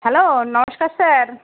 hello নমস্কার sir